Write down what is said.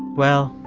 well.